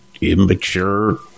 immature